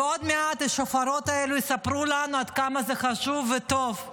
ועוד מעט השופרות האלה יספרו לנו עד כמה זה חשוב וטוב.